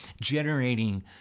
generating